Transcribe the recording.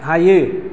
हायो